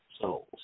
souls